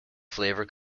flavor